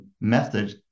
message